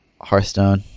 Hearthstone